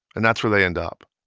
and that's where they end up